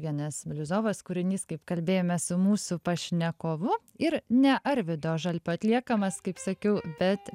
vienas bliuzovas kūrinys kaip kalbėjome su mūsų pašnekovu ir ne arvydo žalpio atliekamas kaip sakiau bet